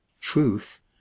truth